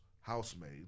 housemaid